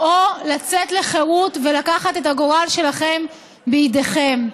או לצאת לחירות ולקחת את הגורל שלכם בידיכם.